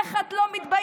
איך את לא מתביישת?